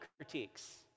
critiques